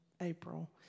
April